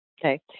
okay